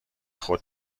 خود